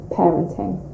parenting